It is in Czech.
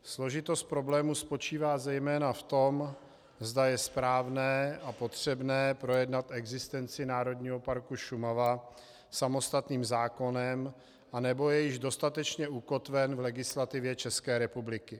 Složitost problému spočívá zejména v tom, zda je správné a potřebné projednat existenci Národního parku Šumava samostatným zákonem, anebo je již dostatečně ukotven v legislativě České republiky.